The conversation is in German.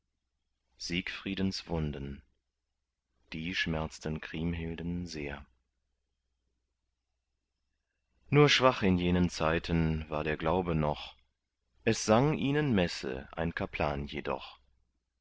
siegfriedens wunden die schmerzten kriemhilden sehr nur schwach in jenen zeiten war der glaube noch es sang ihnen messe ein kaplan jedoch